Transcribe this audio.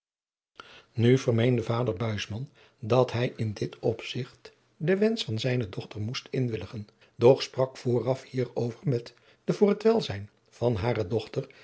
vermeende vader buisman dat hij in dit opzigt den wensch van zijne dochter moest inwilligen doch sprak vooraf hier over met de voor het welzijn van hare dochter